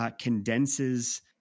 condenses